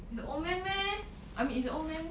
is a old man meh I mean is a old man